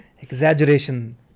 Exaggeration